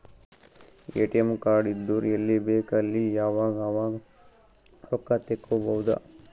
ATM card ಇದ್ದುರ್ ಎಲ್ಲಿ ಬೇಕ್ ಅಲ್ಲಿ ಯಾವಾಗ್ ಅವಾಗ್ ರೊಕ್ಕಾ ತೆಕ್ಕೋಭೌದು